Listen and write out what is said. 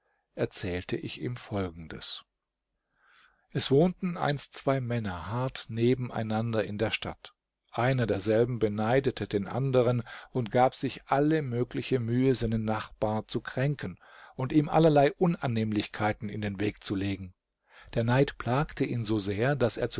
erzählte ich ihm folgendes es wohnten einst zwei männer hart neben einander in der stadt einer derselben beneidete den anderen und gab sich alle mögliche mühe seinen nachbar zu kränken und ihm allerlei unannehmlichkeiten in den weg zu legen der neid plagte ihn so sehr daß er